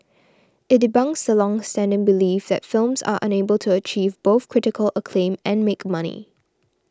it debunks the longstanding belief that films are unable to achieve both critical acclaim and make money